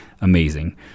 amazing